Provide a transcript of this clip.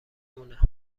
مونه